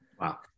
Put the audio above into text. wow